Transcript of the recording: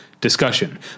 discussion